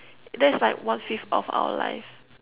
that's like one fifth of our life